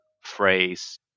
phrase